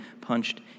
punched